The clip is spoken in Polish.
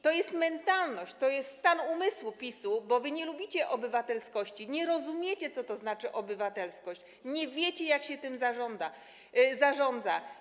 To jest mentalność, to jest stan umysłu PiS-u, bo wy nie lubicie obywatelskości, nie rozumiecie, co to znaczy obywatelskość, nie wiecie, jak się tym zarządza.